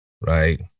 right